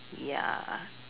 ya